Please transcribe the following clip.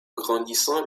grandissant